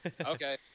Okay